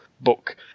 book